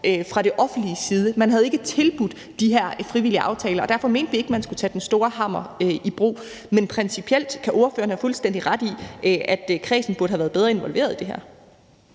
fra det offentliges side var opfyldt. Man havde ikke tilbudt de her frivillige aftaler, og derfor mente vi ikke, at man skulle tage den store hammer i brug. Men principielt kan ordføreren have fuldstændig ret i, at kredsen burde have været bedre involveret i det her.